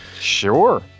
Sure